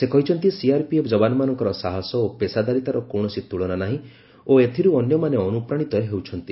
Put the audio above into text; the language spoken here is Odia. ସେ କହିଛନ୍ତି ସିଆର୍ପିଏଫ୍ ଯବାନମାନଙ୍କର ସାହସ ଓ ପେଷାଦାରିତାର କୌଣସି ତୁଳନା ନାହିଁ ଓ ଏଥିରୁ ଅନ୍ୟମାନେ ଅନୁପ୍ରାଣିତ ହେଉଛନ୍ତି